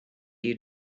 you